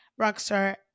Rockstar